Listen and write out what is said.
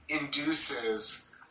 induces